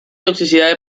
toxicidad